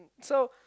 so